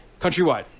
Countrywide